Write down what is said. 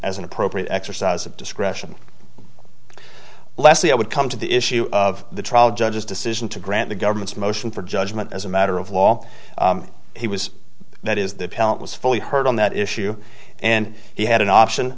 as an appropriate exercise of discretion leslie i would come to the issue of the trial judge's decision to grant the government's motion for judgment as a matter of law he was that is the parent was fully heard on that issue and he had an